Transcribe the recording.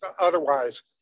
otherwise